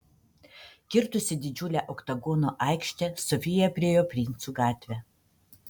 kirtusi didžiulę oktagono aikštę sofija priėjo princų gatvę